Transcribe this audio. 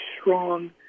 strong